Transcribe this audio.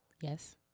Yes